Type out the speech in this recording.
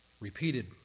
repeated